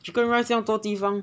chicken rice 这样多地方